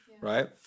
right